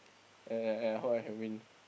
and and and I hope I can win